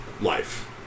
life